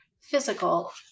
physical